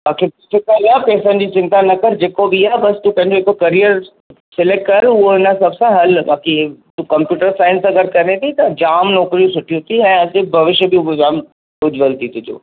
बाक़ी पेसनि जी चिंता न कर जेको बि आहे बसि तूं पंहिंजो हिकु करियर सिलेक्ट कर उहो उन हिसाब सां हल बाक़ी तूं कंप्यूटर साइंस सां अगरि करे थी त जाम नौकिरियूं सुठियूं थी ऐं अॻे भविष्य बि जाम उज्जवल थी तुंहिंजो